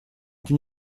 эти